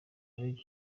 ariko